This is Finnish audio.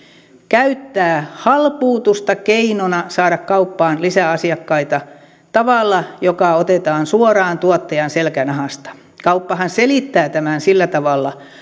käyttää halpuutusta keinona saada kauppaan lisää asiakkaita tavalla joka otetaan suoraan tuottajan selkänahasta kauppahan selittää tämän sillä tavalla